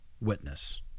witness